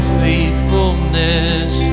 faithfulness